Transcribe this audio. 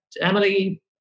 Emily